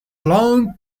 long